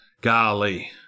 Golly